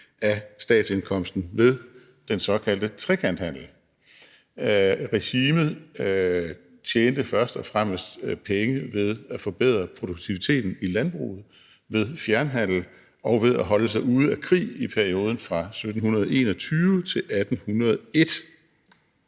af statsindkomsten ved den såkaldte trekanthandel. Regimet tjente først og fremmest penge ved at forbedre produktiviteten i landbruget, ved fjernhandel og ved at holde sig ude af krig i perioden fra 1721 til 1801.